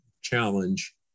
challenge